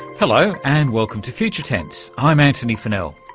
hello and welcome to future tense, i'm antony funnell.